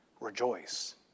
rejoice